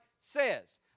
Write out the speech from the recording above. says